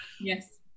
Yes